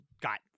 got